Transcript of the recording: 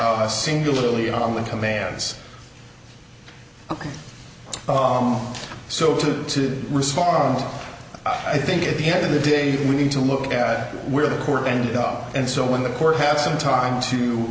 focus singularly on the commands of so to respond i think at the end of the day we need to look at where the court ended up and so when the court has some time to